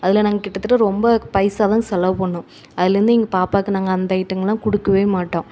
அதில் நாங்கள் கிட்டத்தட்ட ரொம்ப பைசாதான் செலவு பண்ணோம் அதுலேருந்து எங்கள் பாப்பாவுக்கு நாங்கள் அந்த ஐட்டங்கள்லாம் கொடுக்கவே மாட்டோம்